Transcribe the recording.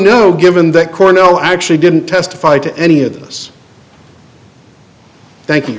know given that cornell actually didn't testify to any of this thank